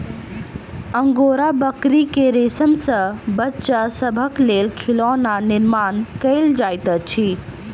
angora बकरी के रेशम सॅ बच्चा सभक लेल खिलौना निर्माण कयल जाइत अछि